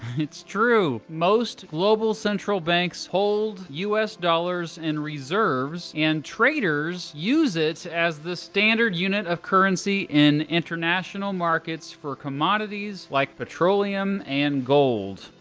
it's true. most global central banks hold u s. dollars in reserves, and traders use it as the standard unit of currency in international markets for commodities like petroleum and gold.